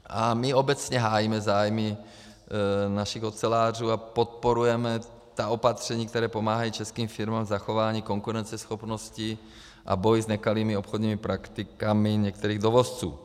A my obecně hájíme zájmy našich ocelářů a podporujeme ta opatření, která pomáhají českým firmám k zachování konkurenceschopnosti, a boj s nekalými obchodními praktikami některých dovozců.